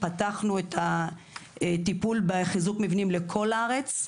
פתחנו את הטיפול בחיזוק מבנים לכל הארץ,